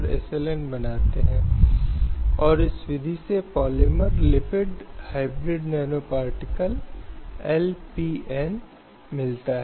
ऐसे मामलों में यह माना गया है कि एक वेश्या को भी निजता का अधिकार है और कोई भी व्यक्ति उसका बलात्कार सिर्फ इसलिए नहीं कर सकता क्योंकि वह आसान रूप से उपलब्ध महिला है